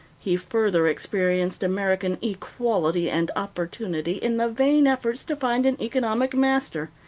he further experienced american equality and opportunity in the vain efforts to find an economic master.